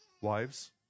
wives